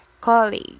colleague